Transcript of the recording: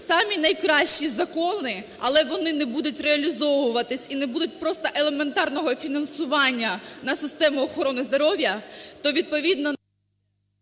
самі найкращі закони, але вони не будуть реалізовуватись і не буде просто елементарного фінансування на систему охорони здоров'я, то відповідно…